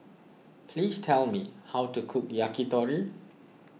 please tell me how to cook Yakitori